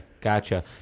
gotcha